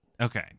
Okay